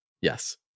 Yes